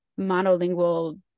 monolingual